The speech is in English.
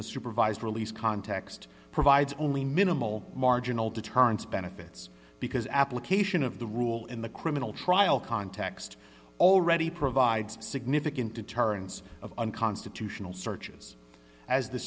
the supervised release context provides only minimal marginal deterrence benefits because application of the rule in the criminal trial context already provides significant deterrence of unconstitutional searches as the